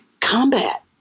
combat